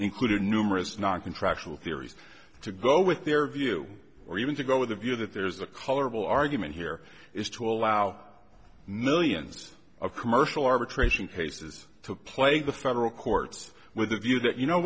included numerous non contractual theories to go with their view or even to go with the view that there's a colorable argument here is to allow millions of commercial arbitration cases to play the federal courts with a view that you know